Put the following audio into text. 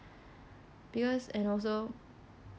and also